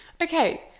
Okay